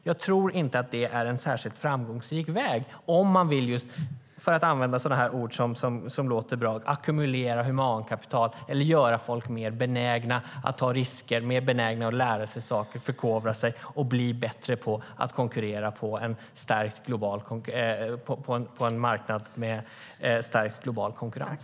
Jag tror inte att det är en särskilt framgångsrik väg om man vill - för att använda ord som låter bra - ackumulera humankapital eller göra folk mer benägna att ta risker, lära sig saker, förkovra sig och bli bättre på att konkurrera på en marknad med stärkt global konkurrens.